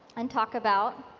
and talk about